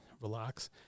relax